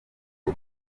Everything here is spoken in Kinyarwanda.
ubu